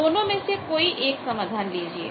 दोनों में से कोई एक समाधान लीजिए